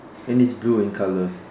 and it's blue in colour